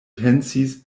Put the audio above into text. pensis